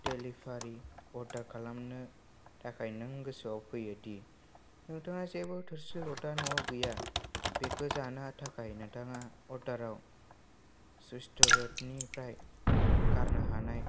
delivery order खालामनो नाथाय नों गोसोआव फैयोदि नोंथांनाव जेबो थोरसि लथा न'आव गैया बेखौ जानो थाखाय नोंथाङा अर्डार आव रेस्टुरेन्ट निफ्राय गारनो हानाय